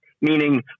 meaning